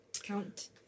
Count